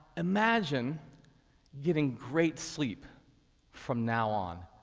imagine getting great sleep from now on.